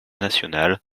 nationale